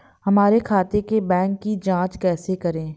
हमारे खाते के बैंक की जाँच कैसे करें?